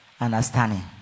Understanding